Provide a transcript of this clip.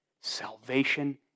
Salvation